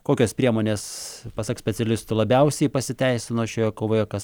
kokios priemonės pasak specialistų labiausiai pasiteisino šioje kovoje kas